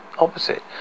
opposite